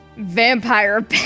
Vampire